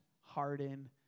harden